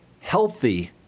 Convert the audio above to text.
healthy